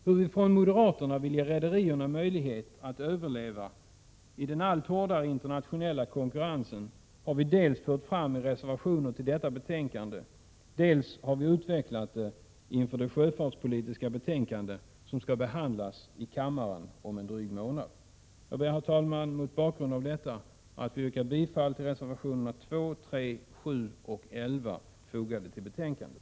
Hur vi från moderat håll vill ge rederierna möjlighet att överleva i den allt hårdare internationella konkurrensen har vi dels fört fram i reservationer till detta betänkande, dels utvecklat inför det sjöfartspolitiska betänkande som skall behandlas i kammaren om en dryg månad. Jag ber, herr talman, mot bakgrund av detta att få yrka bifall till reservationerna 2, 3, 7 och 11, fogade till betänkandet.